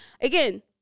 Again